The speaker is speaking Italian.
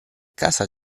casa